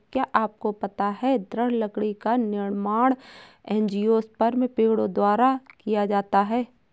क्या आपको पता है दृढ़ लकड़ी का निर्माण एंजियोस्पर्म पेड़ों द्वारा किया जाता है?